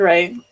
Right